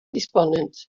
despondent